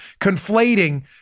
conflating